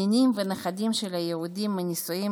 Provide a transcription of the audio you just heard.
נינים ונכדים של יהודים מנישואים